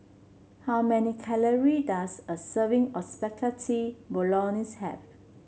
how many calorie does a serving of Spaghetti Bolognese have